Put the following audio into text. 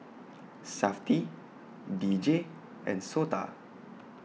Safti D J and Sota